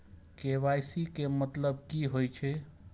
KYC के मतलब कि होई छै?